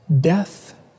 death